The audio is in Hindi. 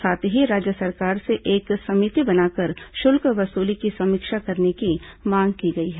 साथ ही राज्य सरकार से एक समिति बनाकर शुल्क वसूली की समीक्षा करने की मांग की गई है